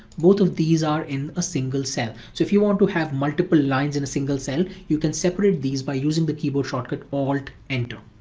both of these are in a single cell. so if you want to have multiple lines in a single cell, you can separate these by using the keyboard shortcut alt, enter.